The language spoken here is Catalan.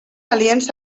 aliens